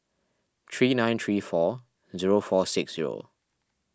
three nine three four zero four six zero